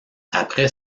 après